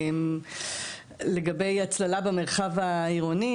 לגבי הצללה במרחב העירוני,